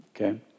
okay